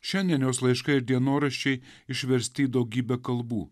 šiandien jos laiškai ir dienoraščiai išversti į daugybę kalbų